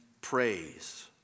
Praise